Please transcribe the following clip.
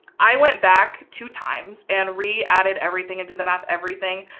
i went back two times and re-added everything, and did the math, everything,